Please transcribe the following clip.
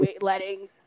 letting